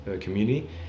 community